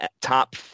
top